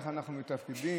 איך אנחנו מתפקדים,